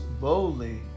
boldly